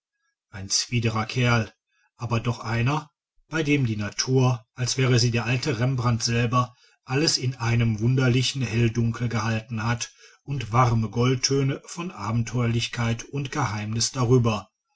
ein z'widerer kerl aber doch einer bei dem die natur als wäre sie der alte rembrandt selber alles in einem wunderlichen helldunkel gehalten hat und warme goldtöne von abenteuerlichkeit und geheimnis darüber